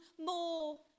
more